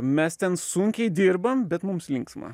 mes ten sunkiai dirbam bet mums linksma